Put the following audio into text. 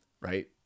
right